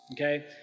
okay